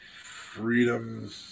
Freedom